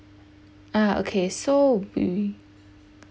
ah okay so we